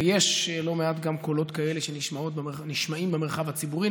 ויש לא מעט גם קולות כאלה שנשמעים במרחב הציבורי,